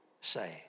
say